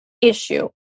issue